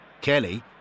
Kelly